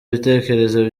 ibitekerezo